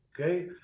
okay